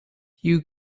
you